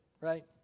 right